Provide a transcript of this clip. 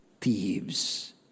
thieves